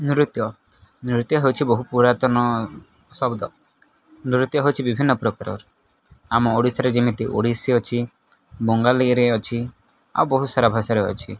ନୃତ୍ୟ ନୃତ୍ୟ ହେଉଛିି ବହୁ ପୁରାତନ ଶବ୍ଦ ନୃତ୍ୟ ହେଉଛି ବିଭିନ୍ନ ପ୍ରକାରର ଆମ ଓଡ଼ିଶାରେ ଯେମିତି ଓଡ଼ିଶୀ ଅଛି ବଙ୍ଗାଳୀରେ ଅଛି ଆଉ ବହୁତ ସାରା ଭାଷାରେ ଅଛି